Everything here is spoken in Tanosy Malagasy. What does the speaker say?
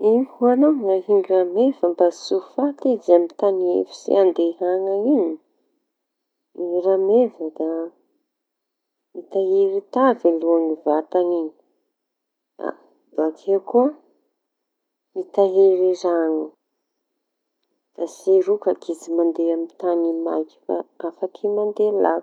Ino ho añao ny ahia rameva mba tsy ho faty izy amy tañy efitsy handehañan iñy. Ny Rameva da mitahiry tavy aloha ny vatañy iñy. Da bakeo koa mitahiry raño da tsy rokaky izy mandea amy tañy maiky fa afaky mandea lavitsy.